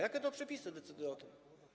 Jakie to przepisy decydują o tym?